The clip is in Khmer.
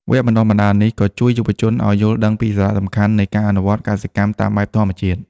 វគ្គបណ្តុះបណ្តាលនេះក៏ជួយយុវជនឱ្យយល់ដឹងពីសារៈសំខាន់នៃការអនុវត្តកសិកម្មតាមបែបធម្មជាតិ។